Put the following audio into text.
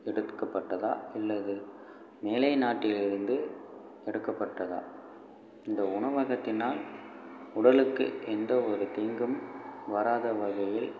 எடுத்துக்கப்பட்டதா இல்லை இது மேலை நாட்டிலிருந்து எடுக்கப்பட்டதா இந்த உணவகத்தினால் உடலுக்கு எந்த ஒரு தீங்கும் வராத வகையில்